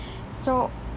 so